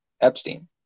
Epstein